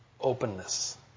openness